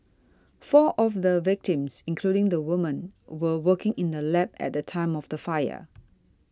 four of the victims including the woman were working in the lab at the time of the fire